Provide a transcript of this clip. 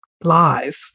live